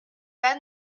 pas